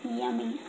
yummy